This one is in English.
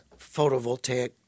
photovoltaic